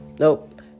Nope